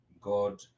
God